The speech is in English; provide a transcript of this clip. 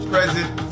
present